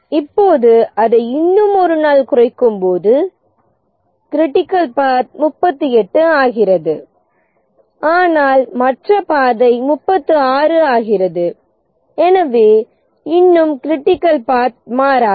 இப்போது அதை இன்னும் 1 நாள் குறைக்கும்போது கிரிட்டிக்கல் பாத் 38 ஆகிறது ஆனால் மற்ற பாதை 36 ஆகிறது எனவே இன்னும் கிரிட்டிக்கல் பாத் மாறாது